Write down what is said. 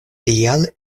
tial